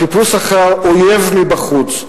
החיפוש אחר אויב מבחוץ,